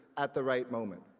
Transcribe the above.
at the right moment.